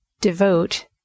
devote